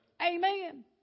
Amen